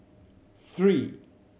three